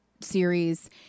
series